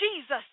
Jesus